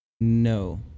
No